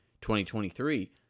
2023